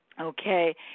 Okay